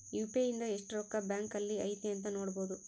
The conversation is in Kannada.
ಯು.ಪಿ.ಐ ಇಂದ ಎಸ್ಟ್ ರೊಕ್ಕ ಬ್ಯಾಂಕ್ ಅಲ್ಲಿ ಐತಿ ಅಂತ ನೋಡ್ಬೊಡು